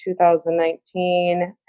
2019